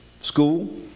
school